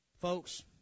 Folks